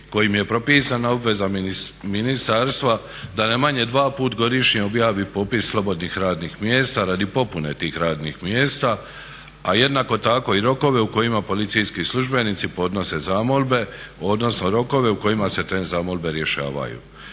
kojim je propisana obveza ministarstva da najmanje dvaput godišnje objavi popis slobodnih radnih mjesta radi popune tih radnih mjesta, a jednako tako i rokove u kojima policijski službenici podnose zamolbe, odnosno rokove u kojima se te zamolbe rješavaju.